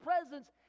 presence